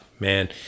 Man